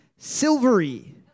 silvery